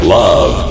love